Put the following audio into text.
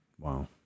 Wow